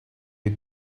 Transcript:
you